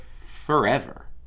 forever